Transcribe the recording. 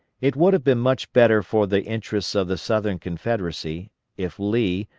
it would have been much better for the interests of the southern confederacy if lee,